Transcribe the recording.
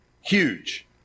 huge